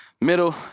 middle